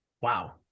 Wow